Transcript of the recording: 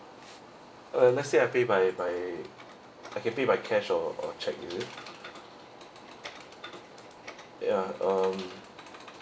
uh let's say I pay by by I can pay by cash or or check is it ya um